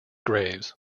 graves